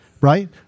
Right